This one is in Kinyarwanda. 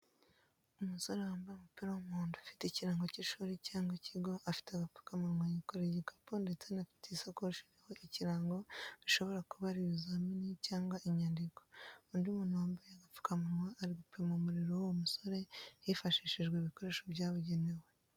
Umusore wambaye umupira w’umuhondo ufite ikirango cy’ishuri cyangwa ikigo afite agapfukamunwa yikoreye igikapu ndetse anafite isakoshi iriho ikirango bishobora kuba ari ibizamini cyangwa inyandiko. Undi muntu wambaye agapfukamunwa ari gupima umuriro w'uwo musore hifashishijwe ibikoresho byabugenewe.